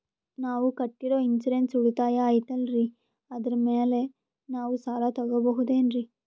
ನಾವು ಕಟ್ಟಿರೋ ಇನ್ಸೂರೆನ್ಸ್ ಉಳಿತಾಯ ಐತಾಲ್ರಿ ಅದರ ಮೇಲೆ ನಾವು ಸಾಲ ತಗೋಬಹುದೇನ್ರಿ?